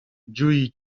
جویی